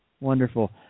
Wonderful